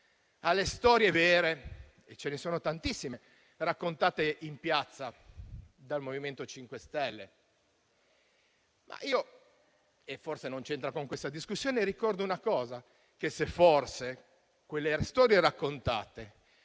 alle storie vere - e ce ne sono tantissime - raccontate in piazza dal MoVimento 5 Stelle. Forse non c'entra con questa discussione, ma vorrei ricordare che, se quelle storie raccontate